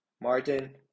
Martin